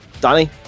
Danny